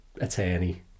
attorney